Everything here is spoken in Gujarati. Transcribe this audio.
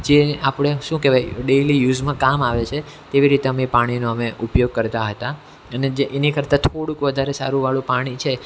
જે આપણે શું કહેવાય ડેલી યુસમાં કામ આવે છે તેવી રીતે અમે એ પાણીનો અમે ઉપયોગ કરતા હતા અને જે એની કરતાં થોડુંક વધારે સારુંવાળું પાણી છે